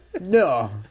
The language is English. No